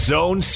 Zone